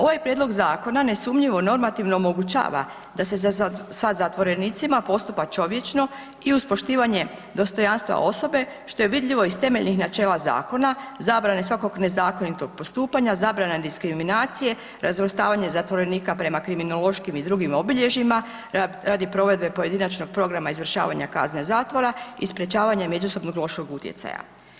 Ovaj prijedlog zakona nesumnjivo normativno omogućava da se sa zatvorenicima postupa čovječno i uz poštivanje dostojanstva osobe što je vidljivo iz temeljnih načela zakona zabrane svakog nezakonitog postupanja, zabrana diskriminacije, razvrstavanje zatvorenika prema kriminološkim i drugim obilježjima radi provedbe pojedinačnog programa izvršavanja kazne zatvora i sprječavanje međusobnog lošeg utjecaja.